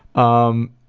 um.